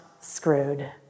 screwed